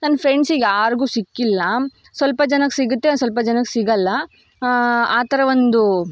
ನನ್ನ ಫ್ರೆಂಡ್ಸಿಗೆ ಯಾರಿಗೂ ಸಿಕ್ಕಿಲ್ಲ ಸ್ವಲ್ಪ ಜನಕ್ಕೆ ಸಿಗುತ್ತೆ ಒಂದು ಸ್ವಲ್ಪ ಜನಕ್ಕೆ ಸಿಗೋಲ್ಲ ಆ ಥರ ಒಂದು